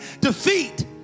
defeat